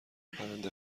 پرنده